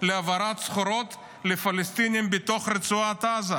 להעברת סחורות לפלסטינים בתוך רצועת עזה?